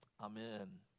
Amen